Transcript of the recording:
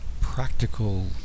practical